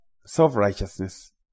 self-righteousness